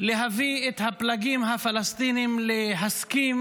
להביא את הפלגים הפלסטיניים להסכים